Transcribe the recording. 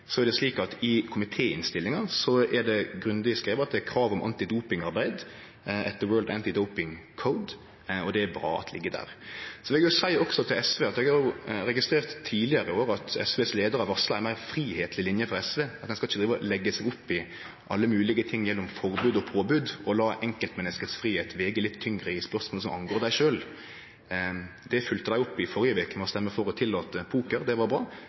så vidt eg veit, ikkje slik at Stortinget pålegg dei å gjere det. I komitéinnstillinga er det grundig skrive at det er krav om antidopingarbeid etter World Anti-Doping Code, og det er bra at det ligg der. Så vil eg også seie til SV at eg har registrert tidlegare òg at SVs leiar har varsla meir av ei fridomslinje frå SV – ein skal ikkje drive og leggje seg opp i alle moglege ting gjennom forbod og påbod, men late enkeltmenneskets fridom vege litt tyngre i spørsmål som angår dei sjølve. Det følgde dei opp i førre veke ved å røyste for å tillate poker – og det var bra.